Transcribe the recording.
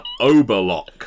Oberlock